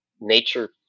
nature